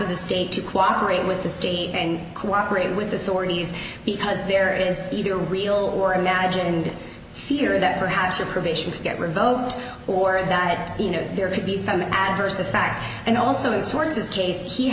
of the state to cooperate with the state and cooperate with authorities because there is either real or imagined fear that perhaps a probation to get revoked or that you know there could be some adverse the fact and also